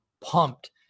pumped